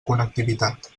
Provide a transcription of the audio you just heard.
connectivitat